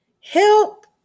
help